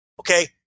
Okay